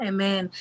Amen